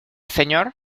señor